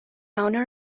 owner